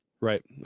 Right